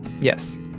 Yes